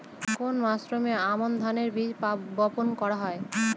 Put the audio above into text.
কোন মরশুমে আমন ধানের বীজ বপন করা হয়?